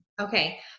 Okay